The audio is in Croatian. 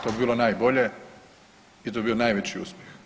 To bi bilo najbolje i to bi bio najveći uspjeh.